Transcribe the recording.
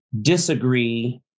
disagree